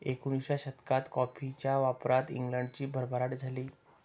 एकोणिसाव्या शतकात कॉफीच्या व्यापारात इंग्लंडची भरभराट झाली